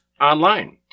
online